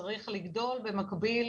שצריך לגדול במקביל